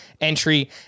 entry